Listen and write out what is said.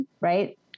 right